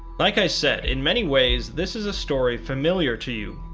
like i said, in many ways this is a story familiar to you,